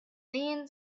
thin